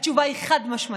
התשובה היא חד-משמעית: